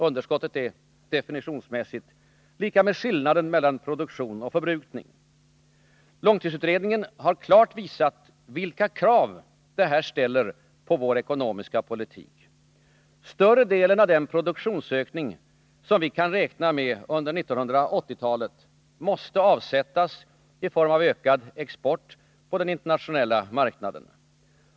Underskottet är definitionsmässigt lika med skillnaden mellan produktion och förbrukning. Långtidsutredningen har klart visat, vilka krav detta ställer på vår ekonomiska politik. Större delen av den produktionsök ning som vi kan räkna med under 1980-talet måste avsättas i form av ökad export till den internationella marknaden.